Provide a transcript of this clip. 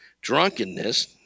drunkenness